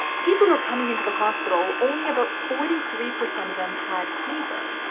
people who are coming into the hospital, only about forty three percent of them had fever.